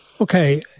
Okay